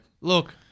Look